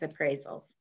appraisals